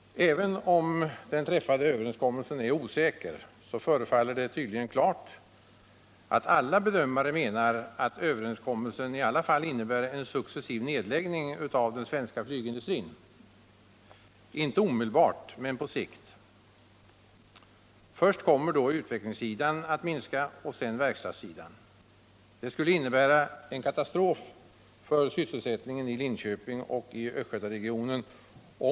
Även om man är osäker på vad den träffade överenskommelsen innebär, står det tydligen klart att alla bedömare anser att överenskommelsen i alla fall innebär en successiv nedläggning av den svenska flygindustrin, inte omedelbart men på lång sikt. Först kommer neddragningar på utvecklingssidan, sedan på verkstadssidan. Om man inte kan skapa annan sysselsättning skulle detta innebära en katastrof för sysselsättningen i Linköping och i Östgötaregionen.